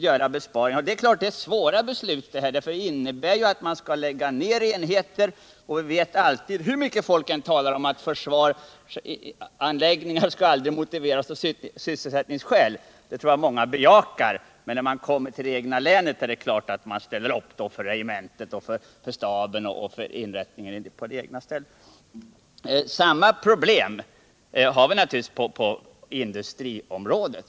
Detta är naturligtvis svåra beslut, eftersom de innebär att man måste lägga ner enheter. Vi vet alla att hur mycket man än talar om att försvarsanläggningar aldrig skall motiveras med sysselsättningsskäl, så är det klart att man när det gäller det egna länet ställer upp för regementet, för staben eller för den inrättning som finns på den egna orten. Samma problem har vi naturligtvis på industriområdet.